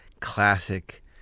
classic